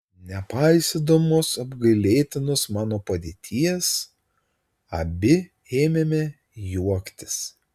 nepaisydamos apgailėtinos mano padėties abi ėmėme juoktis